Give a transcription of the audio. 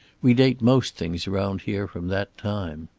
we date most things around here from that time.